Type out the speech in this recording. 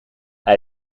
hij